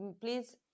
please